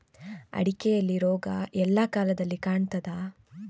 ಅಡಿಕೆಯಲ್ಲಿ ರೋಗ ಎಲ್ಲಾ ಕಾಲದಲ್ಲಿ ಕಾಣ್ತದ?